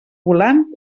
volant